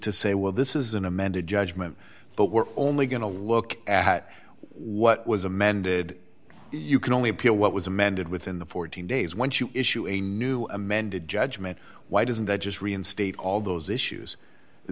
to say well this is an amended judgment but we're only going to look at what was amended you can only appeal what was amended within the fourteen days once you issue a new amended judgment why doesn't that just reinstate all those issues i